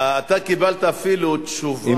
אתם מסדרים את כל העולם פה, זה בסדר.